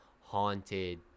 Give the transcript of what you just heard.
haunted